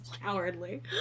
cowardly